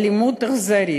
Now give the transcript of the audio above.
אלימות אכזרית,